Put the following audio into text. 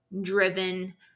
driven